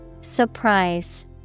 Surprise